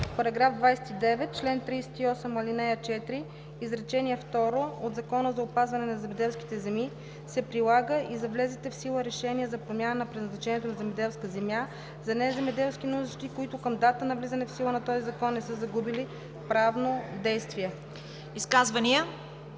§ 29: „§ 29. Член 38, ал. 4, изречение второ от Закона за опазване на земеделските земи се прилага и за влезлите в сила решения за промяна на предназначението на земеделска земя за неземеделски нужди, които към датата на влизането в сила на този закон не са загубили правно действие.“